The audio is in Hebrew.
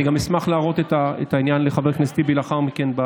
אני גם אשמח להראות את העניין לחבר הכנסת טיבי לאחר מכן,